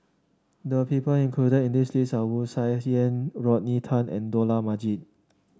the people included in this list are Wu Tsai Yen Rodney Tan and Dollah Majid